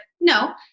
no